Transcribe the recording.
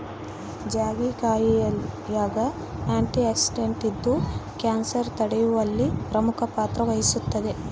ಜಾಯಿಕಾಯಾಗ ಆಂಟಿಆಕ್ಸಿಡೆಂಟ್ ಇದ್ದು ಕ್ಯಾನ್ಸರ್ ತಡೆಯುವಲ್ಲಿ ಪ್ರಮುಖ ಪಾತ್ರ ವಹಿಸುತ್ತದೆ